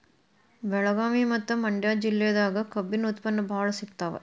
ಬೆಳಗಾವಿ ಮತ್ತ ಮಂಡ್ಯಾ ಜಿಲ್ಲೆದಾಗ ಕಬ್ಬಿನ ಉತ್ಪನ್ನ ಬಾಳ ಸಿಗತಾವ